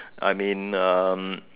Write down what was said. I mean um